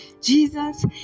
Jesus